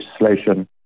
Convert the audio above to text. legislation